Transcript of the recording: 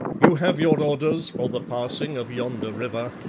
you have your orders for the passing of yonder river.